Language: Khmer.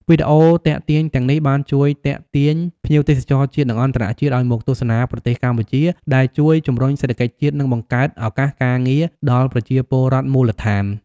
វីដេអូទាក់ទាញទាំងនេះបានជួយទាក់ទាញភ្ញៀវទេសចរជាតិ និងអន្តរជាតិឱ្យមកទស្សនាប្រទេសកម្ពុជា ដែលជួយជំរុញសេដ្ឋកិច្ចជាតិ និងបង្កើតឱកាសការងារដល់ប្រជាពលរដ្ឋមូលដ្ឋាន។